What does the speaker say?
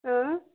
ٲں